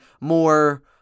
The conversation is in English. more